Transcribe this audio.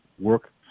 Work